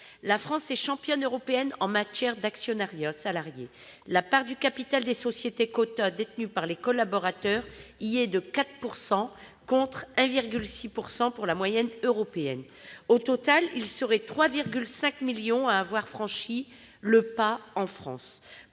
La France est championne européenne en matière d'actionnariat salarié : la part du capital des sociétés cotées détenue par les « collaborateurs » y est de 4 %, contre 1,6 % pour la moyenne européenne. Au total, ils seraient 3,5 millions à avoir franchi le pas dans